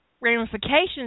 ramifications